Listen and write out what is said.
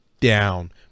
down